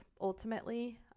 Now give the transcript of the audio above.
ultimately